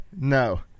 No